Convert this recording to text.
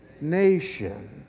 nation